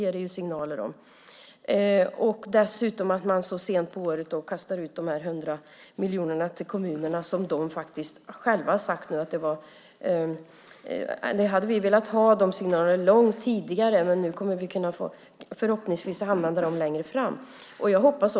Man kastade dessutom ut de 100 miljonerna till kommunerna väldigt sent på året. De har själva sagt att de skulle ha velat ha dem långt tidigare men att de förhoppningsvis kommer att kunna använda dem längre fram.